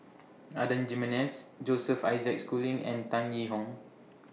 Adan Jimenez Joseph Isaac Schooling and Tan Yee Hong